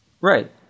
Right